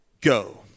go